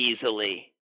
easily